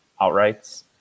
outrights